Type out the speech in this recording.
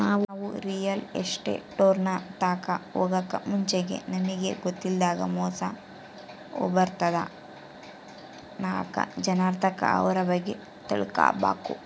ನಾವು ರಿಯಲ್ ಎಸ್ಟೇಟ್ನೋರ್ ತಾಕ ಹೊಗಾಕ್ ಮುಂಚೆಗೆ ನಮಿಗ್ ಗೊತ್ತಿಲ್ಲದಂಗ ಮೋಸ ಹೊಬಾರ್ದಂತ ನಾಕ್ ಜನರ್ತಾಕ ಅವ್ರ ಬಗ್ಗೆ ತಿಳ್ಕಬಕು